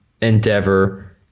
endeavor